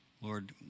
Lord